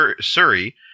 Surrey